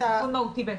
את התיקון המהותי.